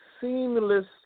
seamless